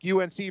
unc